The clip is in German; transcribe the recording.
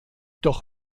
doch